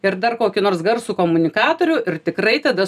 ir dar kokį nors garsų komunikatorių ir tikrai tada